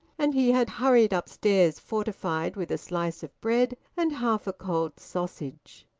and he had hurried upstairs fortified with a slice of bread and half a cold sausage.